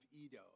Edo